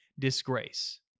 Disgrace